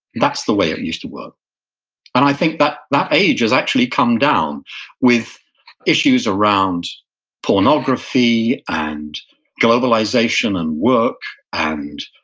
that's the way it used to work. and i think but that age has actually come down with issues around pornography and globalization and work and